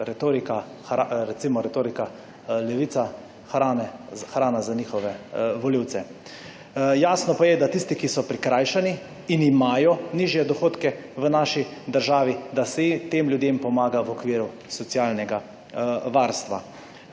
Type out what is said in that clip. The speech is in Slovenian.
premožne. To je retorika Levica hrana za njihove volivce. Jasno pa je, da tisti, ki so prikrajšani in imajo nižje dohodke v naši državi, da se tem ljudem pomaga v okviru socialnega varstva.